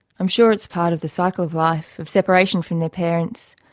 i'm sure it's part of the cycle of life, of separation from their parents,